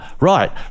right